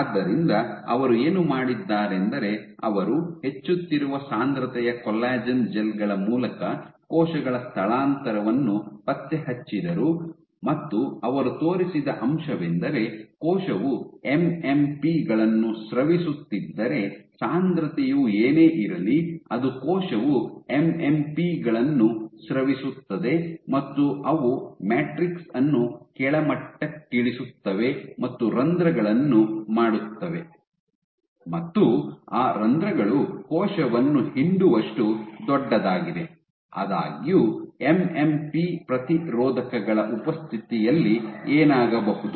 ಆದ್ದರಿಂದ ಅವರು ಏನು ಮಾಡಿದ್ದಾರೆಂದರೆ ಅವರು ಹೆಚ್ಚುತ್ತಿರುವ ಸಾಂದ್ರತೆಯ ಕೊಲ್ಲಾಜೆನ್ ಜೆಲ್ ಗಳ ಮೂಲಕ ಕೋಶಗಳ ಸ್ಥಳಾಂತರವನ್ನು ಪತ್ತೆಹಚ್ಚಿದರು ಮತ್ತು ಅವರು ತೋರಿಸಿದ ಅಂಶವೆಂದರೆ ಕೋಶವು ಎಂಎಂಪಿ ಗಳನ್ನು ಸ್ರವಿಸುತ್ತಿದ್ದರೆ ಸಾಂದ್ರತೆಯು ಏನೇ ಇರಲಿ ಅದು ಕೋಶವು ಎಂಎಂಪಿ ಗಳನ್ನು ಸ್ರವಿಸುತ್ತದೆ ಮತ್ತು ಅವು ಮ್ಯಾಟ್ರಿಕ್ಸ್ ಅನ್ನು ಕೆಳಮಟ್ಟಕ್ಕಿಳಿಸುತ್ತವೆ ಮತ್ತು ರಂಧ್ರಗಳನ್ನು ಮಾಡುತ್ತವೆ ಮತ್ತು ಆ ರಂದ್ರಗಳು ಕೋಶವನ್ನು ಹಿಂಡುವಷ್ಟು ದೊಡ್ಡದಾಗಿದೆ ಆದಾಗ್ಯೂ ಎಂಎಂಪಿ ಪ್ರತಿರೋಧಕಗಳ ಉಪಸ್ಥಿತಿಯಲ್ಲಿ ಏನಾಗಬಹುದು